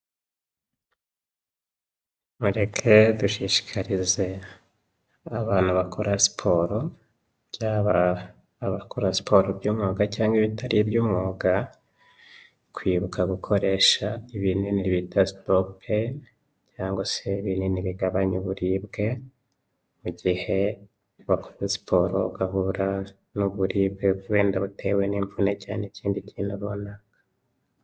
mureke dushishikarize abantu bakora siporo, yaba abakora siporo by'umwuga cg bitari ibyumwuga, kwibuka gukoresha ibinini bita stopain cyangwa se ibinini bigabanya uburibwe. mugihe bakoze siporo bagahura n'uburibwe wenda butewe n'imvune cyangwa ikindi kintu runaka